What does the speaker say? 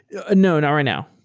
ah no. not right now.